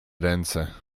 ręce